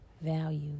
value